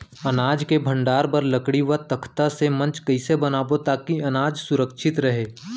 अनाज के भण्डारण बर लकड़ी व तख्ता से मंच कैसे बनाबो ताकि अनाज सुरक्षित रहे?